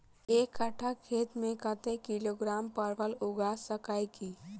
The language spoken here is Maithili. एक कट्ठा खेत मे कत्ते किलोग्राम परवल उगा सकय की??